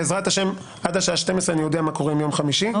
בעזרת השם עד השעה 12:00 אני אודיע מה קורה עם יום חמישי.